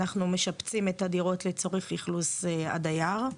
אנחנו משפצים את הדירות לצורך אכלוס הדייר,